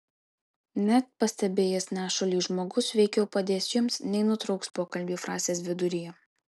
net pastebėjęs nešulį žmogus veikiau padės jums nei nutrauks pokalbį frazės viduryje